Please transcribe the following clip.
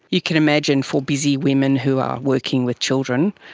you can imagine for busy women who are working with children,